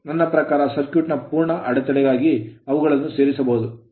ನನ್ನ ಪ್ರಕಾರ ಸರ್ಕ್ಯೂಟ್ ನ ಸಂಪೂರ್ಣ ಅಡೆತಡೆಗಾಗಿ ಅವುಗಳನ್ನು ಸೇರಿಸುವುದು